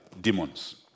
demons